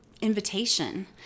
invitation